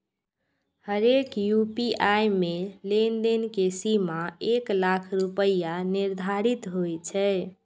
हरेक यू.पी.आई मे लेनदेन के सीमा एक लाख रुपैया निर्धारित होइ छै